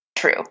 True